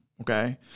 Okay